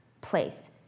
place